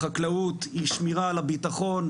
החקלאות היא השמירה על הבטחון,